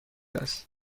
است